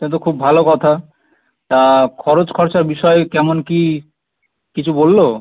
সে তো খুব ভালো কথা তা খরচ খরচা বিষয় কেমন কী কিছু বললো